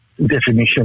definition